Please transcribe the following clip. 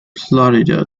florida